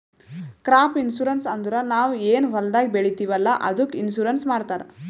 crop insurance ಅಂದುರ್ ನಾವ್ ಏನ್ ಹೊಲ್ದಾಗ್ ಬೆಳಿತೀವಿ ಅಲ್ಲಾ ಅದ್ದುಕ್ ಇನ್ಸೂರೆನ್ಸ್ ಮಾಡ್ತಾರ್